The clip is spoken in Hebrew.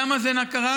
למה זה קרה?